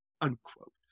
Unquote